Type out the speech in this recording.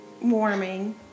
warming